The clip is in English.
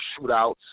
shootouts